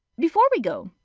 before we go,